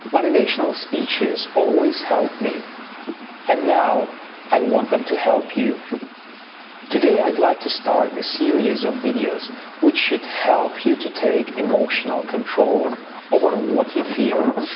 motivational speeches always help me and now i want them to help you today i'd like to start the series of videos which should help you to take emotional control over what you feel